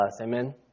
Amen